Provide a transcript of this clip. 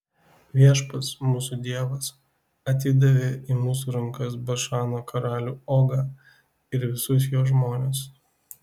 viešpats mūsų dievas atidavė į mūsų rankas bašano karalių ogą ir visus jo žmones